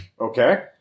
Okay